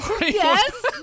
Yes